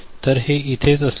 तर हे इथेच असले पाहिजे